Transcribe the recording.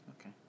Okay